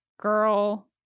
Girl